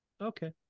Okay